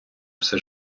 все